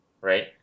right